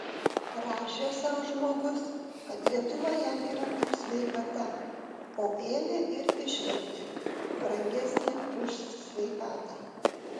rašė sau žmogus kad lietuva jam yra kaip sveikata o ėmė ir išvertė brangesnė už sveikatą